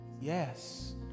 Yes